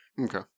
Okay